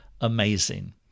amazing